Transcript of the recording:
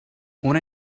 una